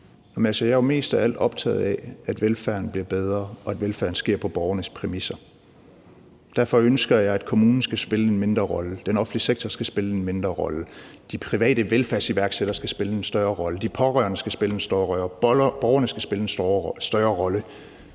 jeg er jo mest af alt optaget af, at velfærden bliver bedre, og at velfærden foregår på borgernes præmisser. Derfor ønsker jeg, at kommunen skal spille en mindre rolle, at den offentlige sektor skal spille en mindre rolle, at de private velfærdsiværksættere skal spille en større rolle, at de pårørende skal spille en større rolle, at borgerne skal spille en større rolle.